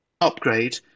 upgrade